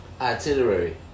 Itinerary